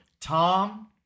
Tom